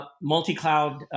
multi-cloud